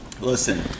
Listen